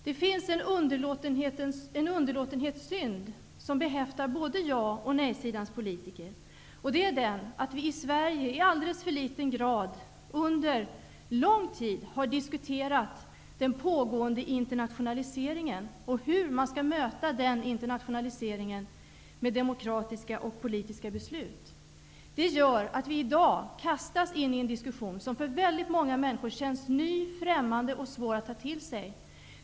Det finns en underlåtenhetssynd som behäftar både ja-sidans och nej-sidans politiker. Det är att vi i Sverige under lång tid i alldeles för liten grad har diskuterat den pågående internationaliseringen och hur man skall möta den med demokratiska och politiska beslut. Det gör att vi i dag kastas in i en diskussion som för väldigt många människor känns ny, främmande och svår att ta till sig.